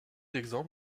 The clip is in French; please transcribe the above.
exemple